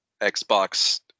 Xbox